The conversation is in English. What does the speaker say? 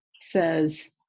says